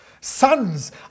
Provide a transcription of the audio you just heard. Sons